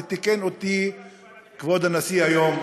ותיקן אותי כבוד הנשיא היום,